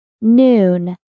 Noon